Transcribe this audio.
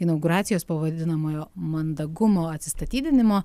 inauguracijos po vadinamojo mandagumo atsistatydinimo